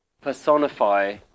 personify